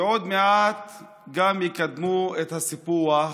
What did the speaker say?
ועוד מעט גם יקדמו את הסיפוח,